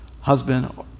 husband